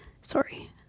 sorry